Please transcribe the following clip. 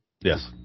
Yes